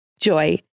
Joy